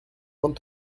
vingt